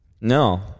no